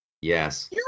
Yes